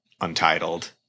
untitled